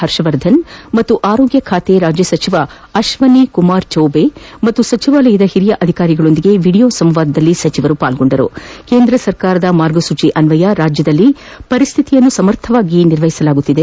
ಪರ್ಷವರ್ಧನ್ ಮತ್ತು ಆರೋಗ್ಯ ಖಾತೆ ರಾಜ್ಯ ಸಚಿವ ಅಶ್ವಿನ್ ಕುಮಾರ್ ಚೌವೆ ಹಾಗೂ ಸಚಿವಾಲಯದ ಹಿರಿಯ ಅಧಿಕಾರಿಗಳೊಂದಿಗೆ ವಿಡಿಯೊ ಸಂವಾದದಲ್ಲಿ ಪಾಲ್ಗೊಂಡ ಸಚಿವರು ಕೇಂದ್ರ ಸರ್ಕಾರದ ಮಾರ್ಗಸೂಚ ಅನ್ವಯ ರಾಜ್ಯದಲ್ಲಿ ಪರಿಸ್ತಿತಿಯನ್ನು ಸಮರ್ಥವಾಗಿ ನಿಭಾಯಿಸಲಾಗಿದೆ